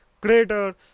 crater